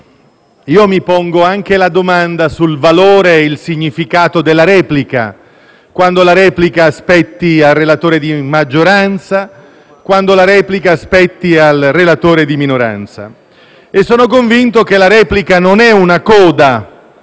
io mi pongo anche una domanda sul valore e sul significato della replica, quando la replica spetti al relatore di maggioranza, quando la replica spetti al relatore di minoranza. E sono convinto che la replica non sia una coda,